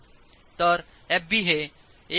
तरFbहे 1